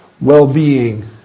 well-being